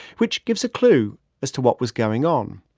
which gives a clue as to what was going on.